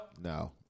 No